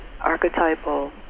archetypal